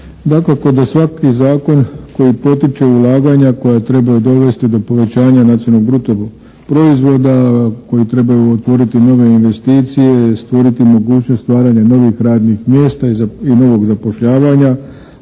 Dakako da svaki zakon koji potiče ulaganja koja trebaju dovesti do povećanja nacionalnog bruto proizvoda koji trebaju otvoriti nove investicije, stvoriti mogućnost stvaranja novih radnih mjesta i novog zapošljavanja